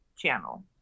channel